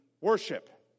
worship